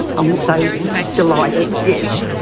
i'm so delighted, yes.